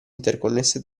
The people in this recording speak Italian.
interconnesse